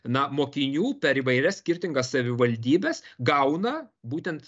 na mokinių per įvairias skirtingas savivaldybes gauna būtent